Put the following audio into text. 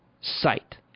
sight